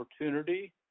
opportunity